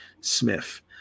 Smith